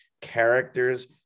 characters